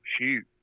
shoot